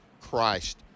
Christ